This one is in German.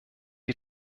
die